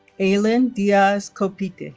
aylin diaz-copete